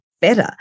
better